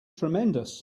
tremendous